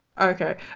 Okay